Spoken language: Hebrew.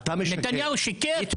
נתניהו שיקר?